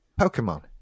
Pokemon